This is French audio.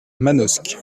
manosque